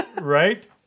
Right